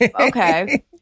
Okay